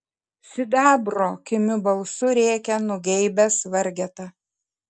sidabro kimiu balsu rėkia nugeibęs vargeta